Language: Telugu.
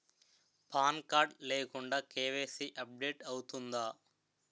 పాన్ కార్డ్ లేకుండా కే.వై.సీ అప్ డేట్ అవుతుందా?